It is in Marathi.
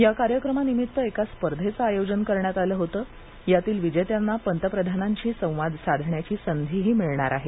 या कार्यक्रमानिमित्त एका स्पर्धेचं आयोजन करण्यात आलं होतं यातील विजेत्यांना पंतप्रधानांशी संवाद साधण्याची संधीही मिळणार आहे